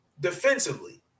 defensively